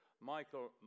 Michael